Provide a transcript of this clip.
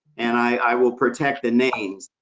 and i will protect the names.